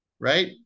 right